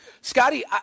Scotty